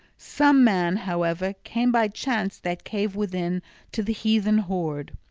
some man, however, came by chance that cave within to the heathen hoard.